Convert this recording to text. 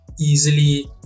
easily